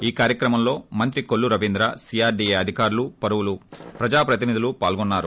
ఈ కార్యక్రమంలో మంత్రి కొల్లు రవీంద్ర సీఆర్డీఏ అధికారులు పలువురు ప్రజాప్రతినిధులు పాల్గొన్నారు